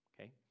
Okay